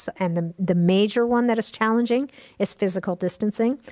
and the the major one that is challenging is physical distancing,